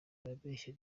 barabeshya